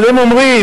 אבל הם אומרים: